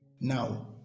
Now